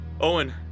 Owen